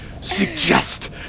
suggest